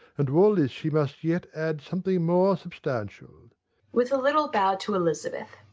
and to all this she must yet add something more substantial with a little bow to elizabeth.